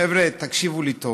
חבר'ה, תקשיבו לי טוב.